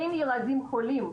אין ילדים חולים,